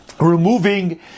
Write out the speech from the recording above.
removing